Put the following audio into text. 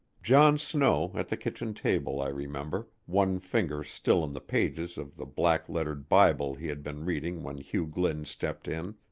john snow, at the kitchen table, i remember, one finger still in the pages of the black-lettered bible he had been reading when hugh glynn stepped in,